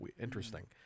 interesting